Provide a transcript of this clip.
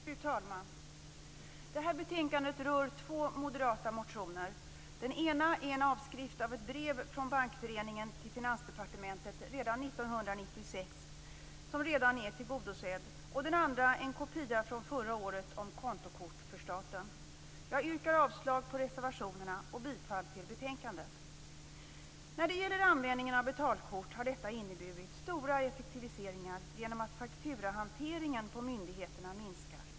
Fru talman! Det här betänkandet rör två moderata motioner. Den ena är en avskrift av ett brev från Bankföreningen till Finansdepartementet redan 1996, som redan är tillgodosedd, och den andra är en kopia från förra året om kontokort för staten. Jag yrkar avslag på reservationerna och bifall till utskottets hemställan i betänkandet. Användningen av betalkort har inneburit stora effektiviseringar genom att fakturahanteringen på myndigheterna minskar.